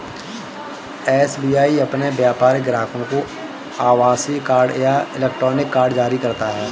SBI अपने व्यापारिक ग्राहकों को आभासीय कार्ड या इलेक्ट्रॉनिक कार्ड जारी करता है